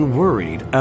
worried